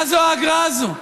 מה זו האגרה הזאת?